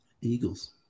Eagles